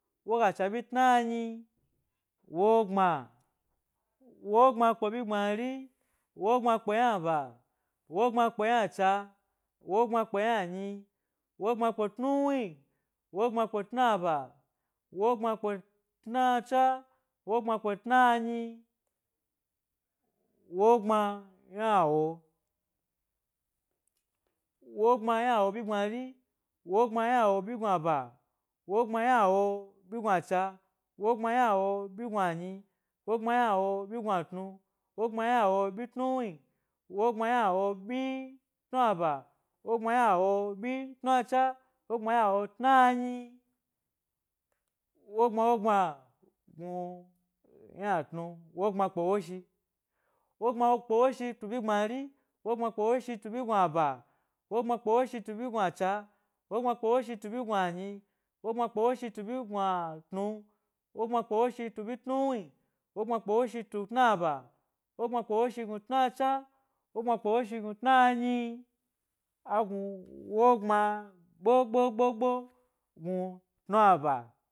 Woga cha byi tnanyi, woga gbma, wogbma kpe gbmari, wogbma kpe ynaɓa, wogbma kpe ynacha, wogbma kpe ynanyi, mogbma kpe tnuwni wogbma kpe tnaba, wogbma kpe tnacha, wogbma kpe tnanyi, wogbma ynawo, wogbma ynawo byi gbmari, wogbma ynawo byi gnua ba, wogbma yna wobyi gnuacha, wogbma ynawo byi snu anyi, wogbma ynaw byi gnuatnu, wogbma ynawo byi tnuwni, wogbma ynawo byi tnaba, wogbma ynawo byi tnacha, wogbma ynawo tnayi, wogbma wogbwa gnu yna tnu, wogbma kpe woshi, wogbma kpe wo shi tubyi gbmari, wogbma kpe woshitubyi gnuaba, wogbma kpe woshi tubyi gnu acha, wogbma kpe woshi tubyignu anyi, wogbma kpe woshi tubyi gnuatnu, wogbma kpe woshi tubyi tnuwni, wogbma kpe woshi tu tnaba, wogbma kpe woshi gnu gnu tna cha, wogbma kpe woshi gnu tnanyi, agnu wogbma gbo gbo gbo gbo gnu tnaba.